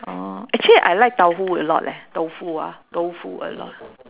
orh actually I like tau hu a lot leh tofu ah tofu a lot